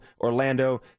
Orlando